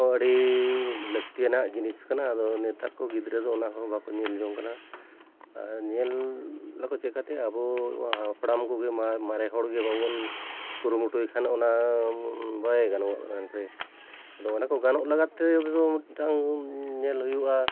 ᱟᱹᱰᱤ ᱞᱟᱹᱠᱛᱤᱭᱟᱱᱟᱜ ᱡᱤᱱᱤᱥ ᱠᱟᱱᱟ ᱟᱫᱚ ᱱᱮᱛᱟᱨ ᱠᱚ ᱜᱤᱫᱽᱨᱟᱹ ᱫᱚ ᱚᱱᱟ ᱦᱚᱸ ᱵᱟᱠᱚ ᱧᱮᱞ ᱡᱚᱝ ᱠᱟᱱᱟ ᱟᱨ ᱧᱮᱞ ᱟᱠᱚ ᱪᱮᱠᱟᱛᱮ ᱟᱵᱚ ᱦᱟᱯᱲᱟᱢ ᱠᱚᱜᱮ ᱢᱟᱨᱮ ᱦᱚᱲ ᱜᱮ ᱵᱟᱵᱩ ᱵᱚᱱ ᱠᱩᱨᱩᱢᱩᱴᱩᱭ ᱠᱷᱟᱱ ᱚᱱᱟ ᱵᱟᱭ ᱜᱟᱱᱚᱜ ᱠᱟᱱᱟ ᱥᱮ ᱟᱫᱚ ᱚᱱᱟ ᱠᱚ ᱜᱟᱱᱚᱜ ᱞᱟᱜᱟᱛᱮ ᱢᱤᱫᱴᱟᱝ ᱧᱮᱞ ᱦᱩᱭᱩᱜᱼᱟ